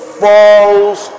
falls